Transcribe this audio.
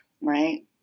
right